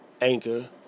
Anchor